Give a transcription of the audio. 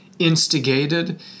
Instigated